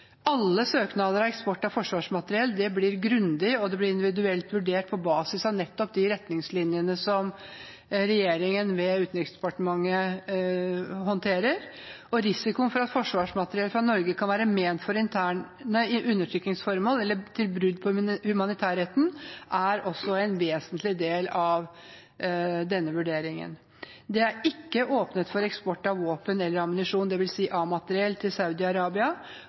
Alle søknader om eksport av forsvarsmateriell blir grundig og individuelt vurdert på basis av nettopp de retningslinjene som regjeringen, ved Utenriksdepartementet, håndterer. Risikoen for at forsvarsmateriell fra Norge kan brukes til undertrykkingsformål eller brudd på humanitærretten, er en vesentlig del av denne vurderingen. Det er ikke åpnet for eksport av våpen eller ammunisjon, dvs. A-materiell, til